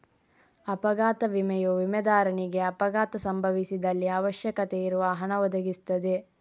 ಅಪಘಾತ ವಿಮೆಯು ವಿಮೆದಾರನಿಗೆ ಅಪಘಾತ ಸಂಭವಿಸಿದಲ್ಲಿ ಅವಶ್ಯಕತೆ ಇರುವ ಹಣ ಒದಗಿಸ್ತದೆ